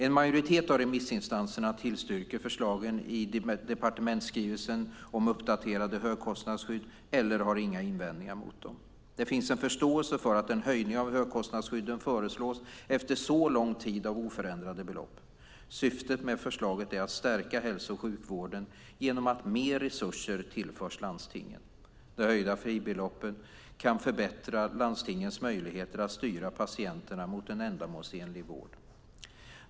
En majoritet av remissinstanserna tillstyrker förslagen i departementsskrivelsen om uppdaterade högkostnadsskydd eller har inga invändningar mot dem. Det finns en förståelse för att en höjning av högkostnadsskydden föreslås efter så lång tid av oförändrade belopp. Syftet med förslaget är att stärka hälso och sjukvården genom att mer resurser tillförs landstingen. Det höjda fribeloppet kan även förbättra landstingens möjligheter att styra patienterna mot en ändamålsenlig vård.